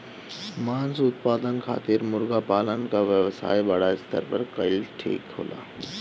मांस उत्पादन खातिर मुर्गा पालन क व्यवसाय बड़ा स्तर पर कइल ठीक होला